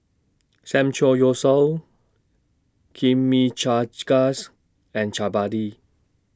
Samgeyopsal Chimichangas and Chapati